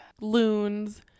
loons